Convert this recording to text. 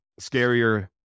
scarier